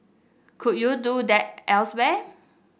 could you do that elsewhere